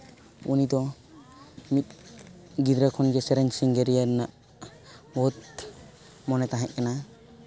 ᱩᱱᱤᱫᱚ ᱢᱤᱫ ᱜᱤᱫᱽᱨᱟᱹ ᱠᱷᱚᱱᱜᱮ ᱥᱮᱨᱮᱧ ᱥᱤᱝᱜᱟᱹᱨᱤᱭᱟᱹ ᱨᱮᱱᱟᱜ ᱵᱚᱦᱩᱛ ᱢᱚᱱᱮ ᱛᱟᱦᱮᱸᱠᱟᱱᱟᱭ